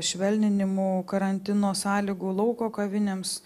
švelninimų karantino sąlygų lauko kavinėms